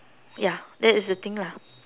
ya that is the thing lah